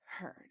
heard